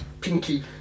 Pinky